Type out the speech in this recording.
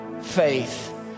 faith